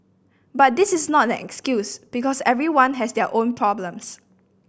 but this is not an excuse because everyone has their own problems